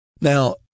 Now